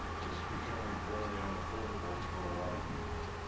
it's becoming very unaffordable for a lot of people,